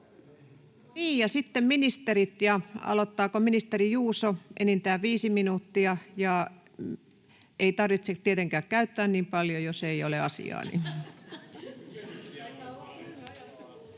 sitten ministerit. — Aloittaako ministeri Juuso? Enintään viisi minuuttia, ja ei tarvitse tietenkään käyttää niin paljon, jos ei ole asiaa.